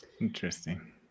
Interesting